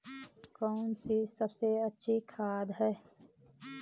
कौन सी सबसे अच्छी खाद है?